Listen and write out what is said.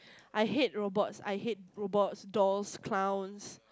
I hate robots I hate robots dolls clowns